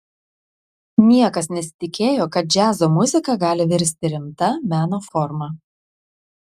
niekas nesitikėjo kad džiazo muzika gali virsti rimta meno forma